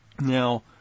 Now